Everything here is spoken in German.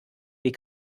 wie